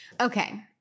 Okay